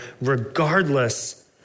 regardless